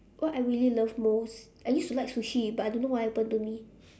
what I really love most I used to like sushi but I don't know what happen to me